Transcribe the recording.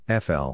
FL